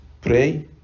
pray